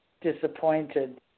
disappointed